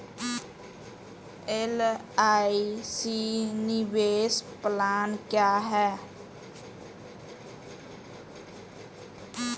LIC निवेश plan क्या है?